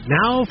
now